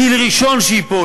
טיל ראשון שייפול,